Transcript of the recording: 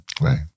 Right